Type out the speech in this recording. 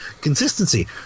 consistency